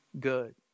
good